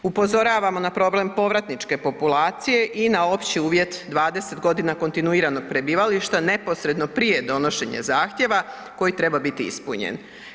Upozoravamo na problem povratničke populacije i na opći uvjet 20 godina kontinuiranog prebivališta neposredno prije donošenja zahtjeva koji treba biti ispunjen.